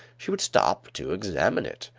she would stop to examine it.